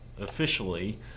officially